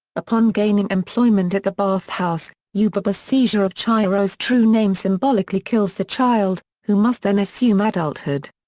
upon gaining employment at the bathhouse, yubaba's seizure of chihiro's true name symbolically kills the child, who must then assume adulthood.